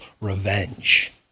revenge